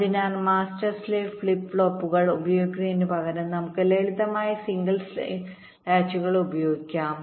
അതിനാൽ master slave flip ഫ്ലോപ്പുകൾഉപയോഗിക്കുന്നതിനുപകരം നമുക്ക് ലളിതമായ സിംഗിൾ സ്റ്റേജ് ലാച്ചുകൾഉപയോഗിക്കാം